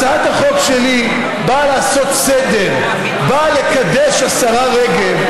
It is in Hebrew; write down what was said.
הצעת החוק שלי באה לעשות סדר, באה לקדש, השרה רגב,